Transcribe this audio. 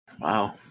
Wow